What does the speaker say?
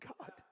God